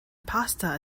pasta